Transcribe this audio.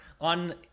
on